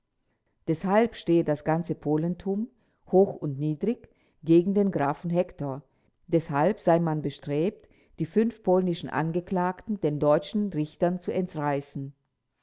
deshalb stehe das ganze polentum hoch und niedrig gegen den grafen hektor deshalb sei man bestrebt die fünf polnischen angeklagten den deutschen richtern zu entreißen